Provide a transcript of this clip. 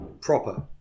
proper